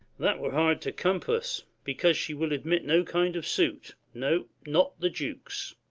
that were hard to compass, because she will admit no kind of suit, no, not the duke's.